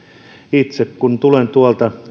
itse kun tulen tuolta